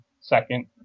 second